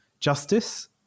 justice